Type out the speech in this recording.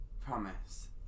Promise